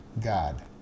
god